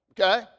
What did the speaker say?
Okay